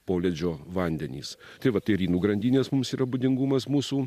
poledžio vandenys tai va tai rinų grandinės mums yra būdingumas mūsų